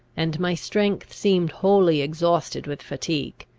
and my strength seemed wholly exhausted with fatigue.